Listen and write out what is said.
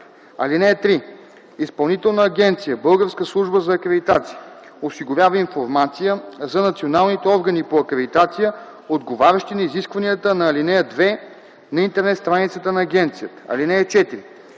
(3) Изпълнителна агенция „Българска служба за акредитация” осигурява информация за националните органи по акредитация, отговарящи на изискванията на ал. 2, на Интернет страницата на агенцията. (4)